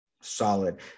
solid